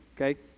Okay